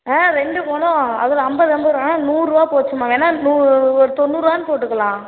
ஆ ரெண்டு மொழம் அதில் ஐம்பது ஐம்பது ரூபானா நூறு ரூபா போச்சும்மா வேணா நூறு ஒரு தொண்ணூறு ரூபானு போட்டுக்கலாம்